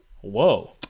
Whoa